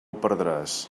perdràs